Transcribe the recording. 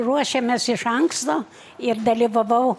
ruošėmės iš anksto ir dalyvavau